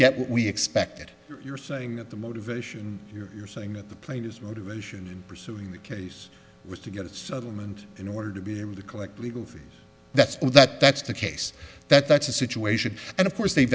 get what we expected you're saying that the motivation you're saying that the plane is motivation in pursuing the case was to get a settlement in order to be able to collect legal fees that's all that that's the case that that's the situation and of course they ve